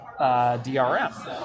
DRM